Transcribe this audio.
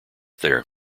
there